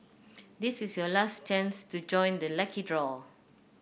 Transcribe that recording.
this is your last chance to join the lucky draw